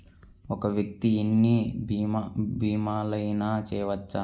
ఒక్క వ్యక్తి ఎన్ని భీమలయినా చేయవచ్చా?